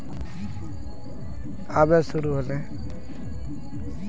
हर प्रकार रो धन भेजै मे खाता संख्या मददगार हुवै छै